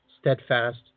Steadfast